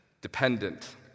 dependent